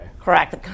Correct